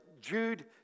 Jude